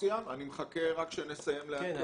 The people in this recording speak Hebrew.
אני מחכה שנסיים את התקנות.